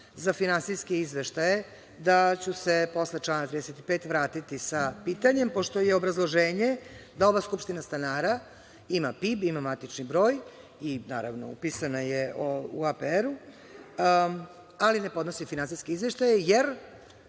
za finansijske izveštaje, da ću se posle člana 35. vratiti sa pitanjem, pošto je obrazloženje da ova skupština stanara ima PIB, ima matični broj i, naravno, upisana je u APR-u, ali ne podnosi finansijske izveštaje, jer